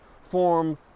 form